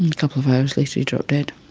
and couple of hours later, he dropped dead